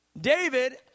David